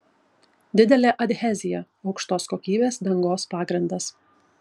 didelė adhezija aukštos kokybės dangos pagrindas